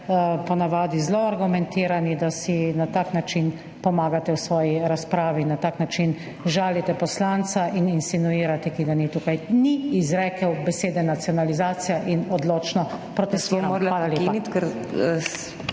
po navadi zelo argumentirani, da si na tak način pomagate v svoji razpravi, na tak način žalite poslanca, ki ga ni tukaj, in insinuirate. Ni izrekel besede nacionalizacija in odločno protestiram. Hvala.